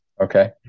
Okay